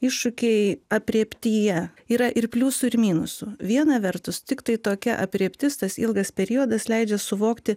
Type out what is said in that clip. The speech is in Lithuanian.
iššūkiai aprėptyje yra ir pliusų ir minusų viena vertus tiktai tokia aprėptis tas ilgas periodas leidžia suvokti